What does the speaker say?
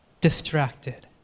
distracted